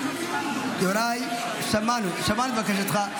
--- יוראי, שמענו, שמענו את בקשתך.